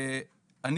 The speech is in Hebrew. "..